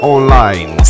Online